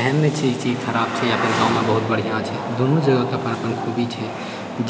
एहन नहि छै ई चीज खराब छै या फेर गाँवमे बहुत बढ़िआँ छै दुनू जगहके अपन अपन खूबी छै